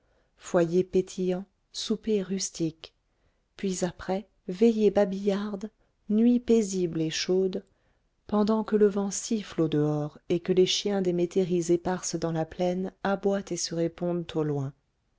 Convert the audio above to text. foyer pétillant souper rustique puis après veillée babillarde nuit paisible et chaude pendant que le vent siffle au-dehors et que les chiens des métairies éparses dans la plaine aboient et se répondent au loin